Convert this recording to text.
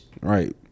Right